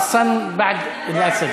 אני מחכה שתקרא לי בשם בערבית.